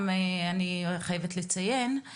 אני אישית לא מכיר.